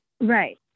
Right